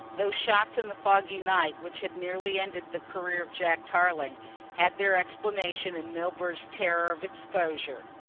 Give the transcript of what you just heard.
those shots in the foggy night which had nearly ended the career of jack tarling had their explanation in milburgh's terror of exposure.